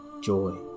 joy